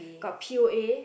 got P_O_A